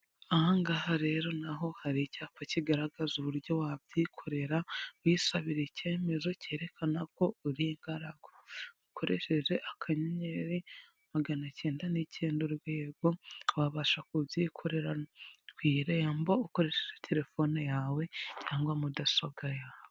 Aha ngaha rero na ho hari icyapa kigaragaza uburyo wabyikorera, wisabira icyemezo cyerekana ko uri ingaragu, ukoresheje akanyenyeri magana cyenda n'icyenda urwego, wabasha kubyikorera ku irembo ukoresheje telefone yawe cyangwa mudasobwa yawe.